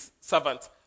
servant